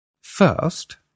First—